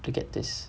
to get this